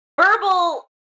verbal